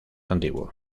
antiguo